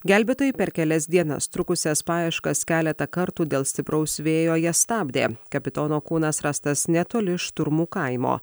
gelbėtojai per kelias dienas trukusias paieškas keletą kartų dėl stipraus vėjo jas stabdė kapitono kūnas rastas netoli šturmų kaimo